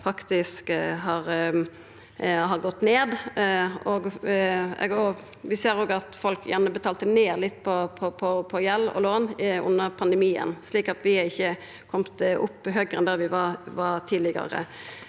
faktisk har gått ned. Vi ser òg at folk gjerne betalte ned litt på gjeld og lån under pandemien, slik at vi er ikkje komne høgare opp enn vi var tidlegare.